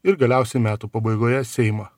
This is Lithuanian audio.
ir galiausiai metų pabaigoje seimą